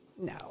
no